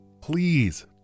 Please